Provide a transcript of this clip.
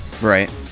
right